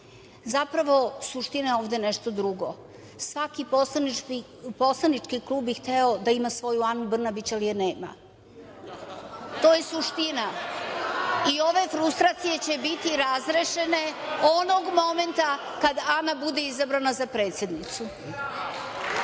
suština je ovde nešto drugo. Svaki poslanički klub bi hteo da ima svoju Anu Brnabić, ali je nema. To je suština i ove frustracije će biti razrešene onog momenta kada Ana bude izabrana za predsednicu.